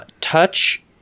touch